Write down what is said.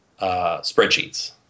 spreadsheets